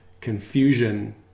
confusion